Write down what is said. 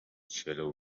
shallow